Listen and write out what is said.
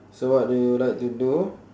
so what do you like to do